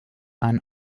ein